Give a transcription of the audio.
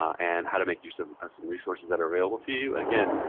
and how to make use of some resources that are available to you. again,